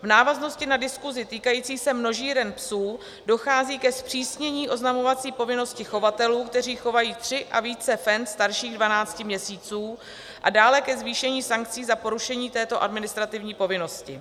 V návaznosti na diskusi týkající se množíren psů dochází ke zpřísnění oznamovací povinnosti chovatelů, kteří chovají tři a více fen starších dvanácti měsíců, a dále ke zvýšení sankcí za porušení této administrativní povinnosti.